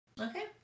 Okay